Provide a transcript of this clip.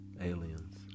Aliens